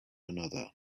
another